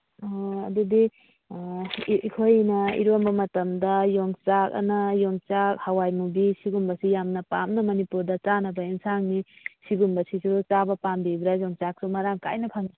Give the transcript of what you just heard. ꯑꯣ ꯑꯗꯨꯗꯤ ꯑꯩꯈꯣꯏꯅ ꯏꯔꯣꯟꯕ ꯃꯇꯝꯗ ꯌꯣꯡꯆꯥꯛ ꯍꯥꯏꯅꯥ ꯌꯣꯡꯆꯥꯛ ꯍꯋꯥꯏ ꯃꯨꯕꯤ ꯁꯤꯒꯨꯝꯕꯁꯤ ꯌꯥꯝꯅ ꯄꯥꯝꯅ ꯃꯅꯤꯄꯨꯔꯗ ꯆꯥꯅꯕ ꯌꯦꯟꯁꯥꯡꯅꯤ ꯁꯤꯒꯨꯝꯕꯁꯤ ꯆꯥꯕ ꯄꯥꯝꯕꯤꯕ꯭ꯔ ꯌꯣꯡꯆꯥꯛꯁꯨ ꯃꯔꯥꯡ ꯀꯥꯏꯅ ꯐꯪꯏ